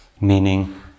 meaning